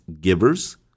givers